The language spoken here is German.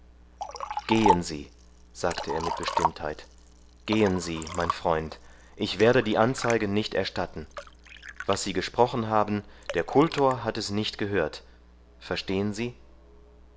gehen sie sagte er mit bestimmtheit gehen sie mein freund ich werde die anzeige nicht erstatten was sie gesprochen haben der kultor hat es nicht gehört verstehen sie